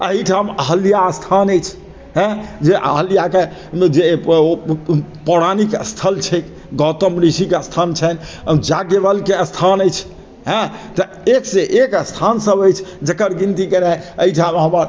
अही ठाम अहिल्या स्थान अछि हेँ जे अहिल्याके जे ओ पौराणिक स्थल छै गौतम ऋषिके स्थल छन्हि याज्ञवल्क्य स्थान अछि हेँ तऽ एकसँ एक स्थान सब अछि जकर गिनती केनाइ अइ ठाम हमर